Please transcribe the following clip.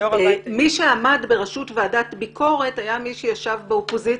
מי שעמד בראשות ועדת הביקורת היה מי שישב באופוזיציה,